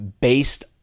based